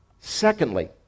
Secondly